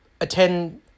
attend